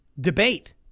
debate